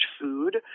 food